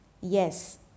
yes